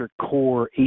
core